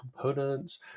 components